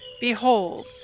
Behold